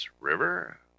river